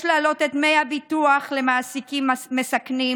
יש להעלות את דמי הביטוח למעסיקים מסכנים,